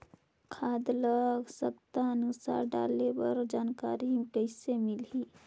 खाद ल आवश्यकता अनुसार डाले बर जानकारी कइसे मिलही?